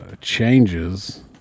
changes